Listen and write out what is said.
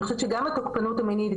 אני חושבת שגם התוקפנות המינית,